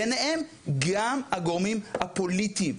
ביניהם גם הגורמים הפוליטיים,